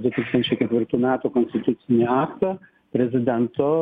du tūkstančiai ketvirtų metų konstitucinį aktą prezidento